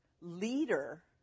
leader